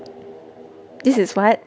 this is what